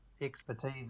expertise